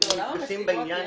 מפגשים בעניין הזה.